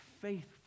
faithful